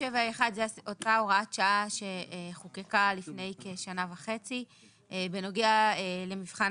7ה1 זה אותה הוראת שעה שחוקקה לפני כשנה וחצי בנוגע למבחן